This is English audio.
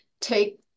take